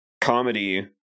comedy